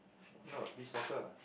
why not beach soccer ah